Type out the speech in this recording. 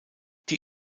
die